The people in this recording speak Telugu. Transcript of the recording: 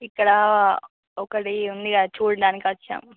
ఇక్కడ ఒకటి ఉందిగా చూడడానికి వచ్చాం